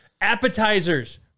appetizers